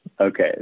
Okay